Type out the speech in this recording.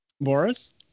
Boris